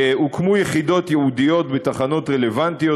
הוקמו יחידות ייעודיות בתחנות רלוונטיות,